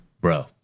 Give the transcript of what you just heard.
bro